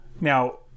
now